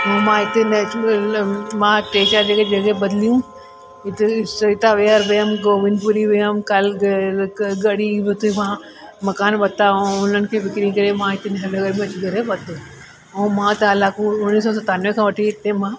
ऐं मां हिते न मां टे चारि जॻहि जॻहि बदिलियूं हिते सरिता विहार वियमि गोविंदपुरी वियमि काल ग ग गढ़ी उते मां मकान वरिता ऐं उन्हनि खे विकिणी करे मां हिते नेहरु नगर में घरु वरितो ऐं मां तालाकूं उणिवीह सौ सतानवे खां वठी हिते मां